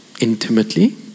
intimately